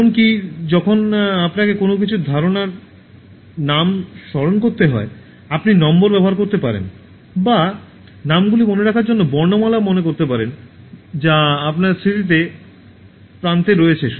এমনকি যখন আপনাকে কোনও কিছু ধারণার নাম স্মরণ করতে হয় আপনি নম্বর ব্যবহার করতে পারেন বা নামগুলি মনে রাখার জন্য বর্ণমালা মনে করতে পারেন যা আপনার স্মৃতির প্রান্তে রয়েছে